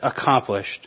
accomplished